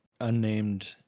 unnamed